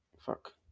fuck